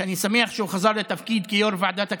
שאני שמח שהוא חזר לתפקיד כיושב-ראש ועדת הכספים,